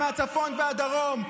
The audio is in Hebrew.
מהצפון והדרום,